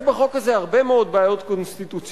יש בחוק הזה הרבה מאוד בעיות קונסטיטוציוניות.